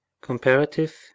comparative